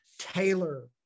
Taylor